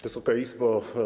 Wysoka Izbo!